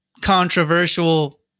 controversial